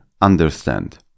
understand